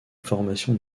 formation